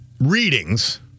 readings